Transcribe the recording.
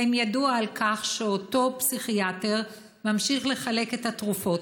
האם ידוע שאותו פסיכיאטר ממשיך לחלק את התרופות